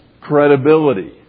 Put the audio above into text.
credibility